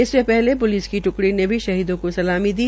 इससे पहले प्लिस की ट्कड़ी ने भी शहीदों को सलामी दी